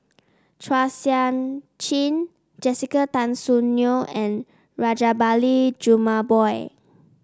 Chua Sian Chin Jessica Tan Soon Neo and Rajabali Jumabhoy